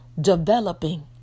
developing